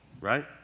right